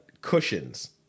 Cushions